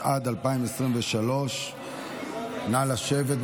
התשפ"ד 2023. נא לשבת,